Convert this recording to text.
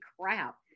crap